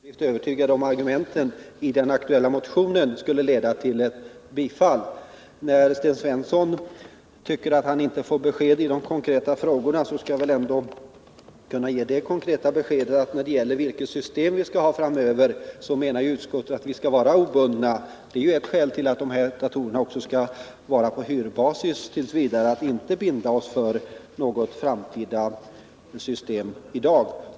Herr talman! Vi har inte betvivlat Bo Turessons kompetens i och för sig. Vi har däremot inte blivit övertygade om att argumenten i den aktuella motionen skulle leda till ett tillstyrkande av motionen. Sten Svensson tycker inte att han får besked i de konkreta frågorna. Jag kan då ändå ge det konkreta beskedet att utskottet menar att vi skall vara obundna när det gäller vilket system vi skall ha framöver. Det är ett skäl till att man t. v. skall ha de här datorerna på hyrbasis; vi vill inte i dag binda oss för något framtida system.